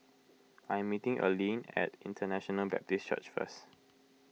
I am meeting Alene at International Baptist Church first